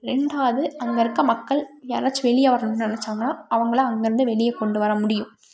ரெண்டாவது அங்கே இருக்க மக்கள் யாராச்சும் வெளியே வரணும்ன்னு நினச்சாங்கனா அவங்களை அங்கிருந்து வெளியே கொண்டுவரமுடியும்